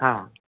हां